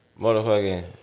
motherfucking